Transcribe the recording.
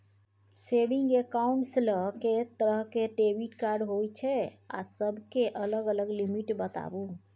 Saving accounts ल के तरह के डेबिट कार्ड होय छै आ सब के अलग अलग लिमिट बताबू?